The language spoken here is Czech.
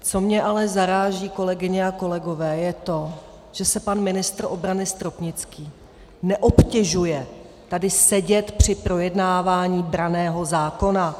Co mě ale zaráží, kolegyně a kolegové, je to, že se pan ministr Stropnický neobtěžuje tady sedět při projednávání branného zákona.